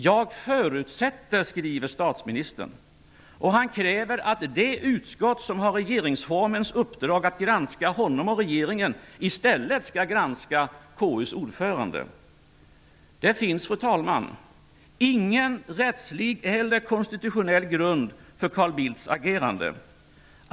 ''Jag förutsätter'', skriver statsministern, och han kräver att det utskott som har regeringsformens uppdrag att granska honom och regeringen i stället skall granska KU:s ordförande. Det finns ingen rättslig eller konstitutionell grund för Carl Bildts agerande.